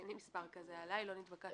אין לי מספר כזה עליי, לא נתבקשתי להביא.